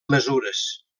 mesures